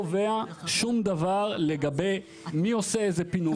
חוק בריאות ממלכתי הוא לא קובע שום דבר לגבי מי עושה איזה פינוי.